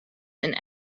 and